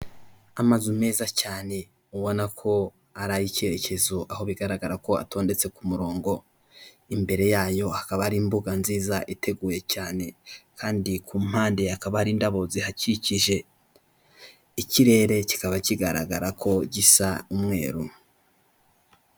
Amazu meza cyane, ubona ko ari ay'icyerekezo, aho bigaragara ko atondetse ku murongo, imbere yayo hakaba hari imbuga nziza iteguye cyane, kandi ku mpande hakaba hari indabo zihakikije. Ikirere kikaba kigaragara ko gisa umweru.